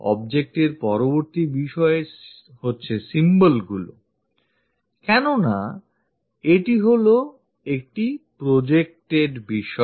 object এর পরবর্তী বিষয় এই symbolগুলি কেনো না এটি হলো একটি projected বিষয়